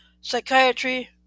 psychiatry